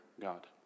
God